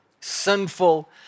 sinful